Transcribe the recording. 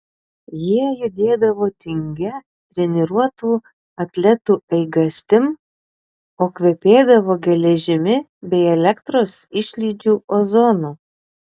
jie judėdavo tingia treniruotų atletų eigastim o kvepėdavo geležimi bei elektros išlydžių ozonu